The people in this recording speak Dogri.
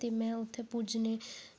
ते में उत्थै पुज्जने